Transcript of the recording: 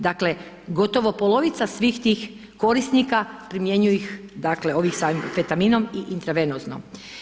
Dakle gotovo polovica svih tih korisnika primjenjuju ih dakle ovim amfetaminom i intravenozno.